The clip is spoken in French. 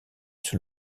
sur